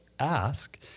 ask